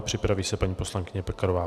Připraví se paní poslankyně Pekarová.